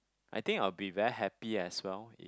I think I will be very happy as well